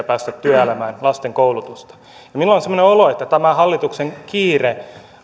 päästä työelämään ja lasten koulutusta minulla on semmoinen olo että tämä hallituksen kiire